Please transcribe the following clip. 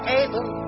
able